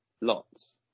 Lots